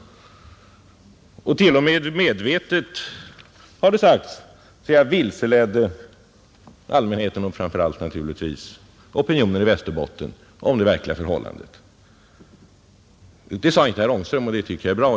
Det har t.o.m. sagts att jag medvetet vilseledde allmänheten och framför allt naturligtvis opinionen i Västerbotten om det verkliga förhållandet. Det sade inte herr Ångström, och det tycker jag är bra.